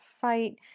fight